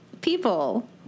People